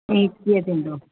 ठीकु कीअं थींदो